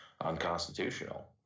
unconstitutional